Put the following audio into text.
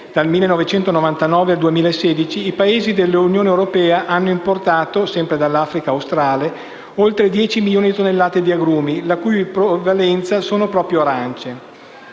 il 1999 e il 2016, i Paesi dell'Unione europea hanno importato - sempre dall'Africa australe - oltre 10 milioni di tonnellate di agrumi, di cui la prevalenza sono proprio arance.